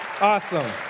Awesome